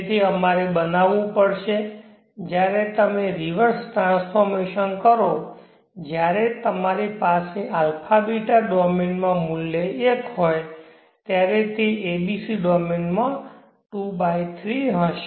તેથી અમારે બનાવવું પડશે જ્યારે તમે રિવર્સ ટ્રાન્સફોર્મેશન કરો જ્યારે તમારી પાસે αβ ડોમેનમાં મૂલ્ય 1 હોય ત્યારે તે abc ડોમેનમાં 23 હશે